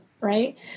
right